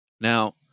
now